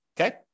Okay